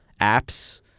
Apps